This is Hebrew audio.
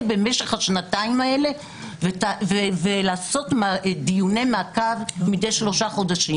בהמשך השנתיים האלה ולעשות דיוני מעקב מדי שלושה חודשים.